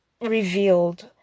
revealed